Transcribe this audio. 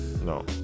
No